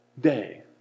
day